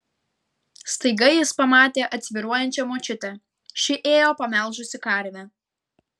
staiga jis pamatė atsvyruojančią močiutę ši ėjo pamelžusi karvę